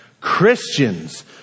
Christians